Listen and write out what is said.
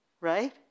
Right